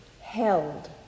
held